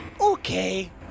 Okay